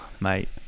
Mate